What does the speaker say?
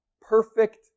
perfect